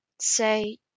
Say